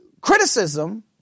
Criticism